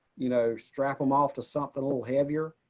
you know, strap them off to something a little heavier.